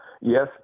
Yes